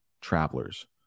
Travelers